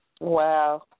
Wow